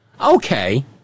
Okay